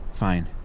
Fine